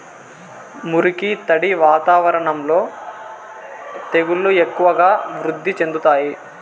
మురికి, తడి వాతావరణంలో తెగుళ్లు ఎక్కువగా వృద్ధి చెందుతాయి